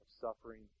suffering